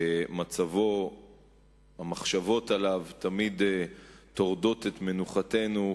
שמצבו והמחשבות עליו תמיד טורדות את מנוחתנו,